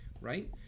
right